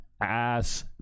ass